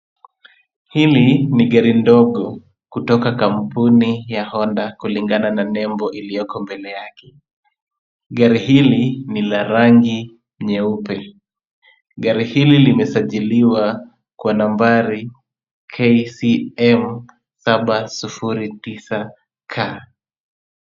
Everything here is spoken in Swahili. Hili ni gari ndogo kutoka kampuni ya Honda kulingana na nembo iliyoko mbele yake. Gari hili ni la rangi nyeupe. Gari hili limesajiliwa kwa nambari KCM 709 K.